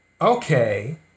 okay